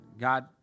God